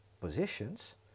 positions